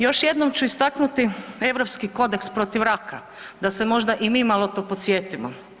Još jednom ću istaknuti europski kodeks protiv raka, da se možda i mi malo tu podsjetimo.